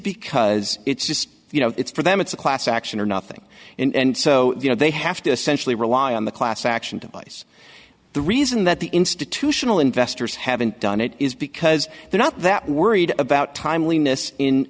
because it's just you know it's for them it's a class action or nothing and so you know they have to essentially rely on the class action device the reason that the institutional investors haven't done it is because they're not that worried about